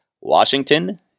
Washington